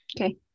Okay